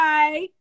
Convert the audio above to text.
Bye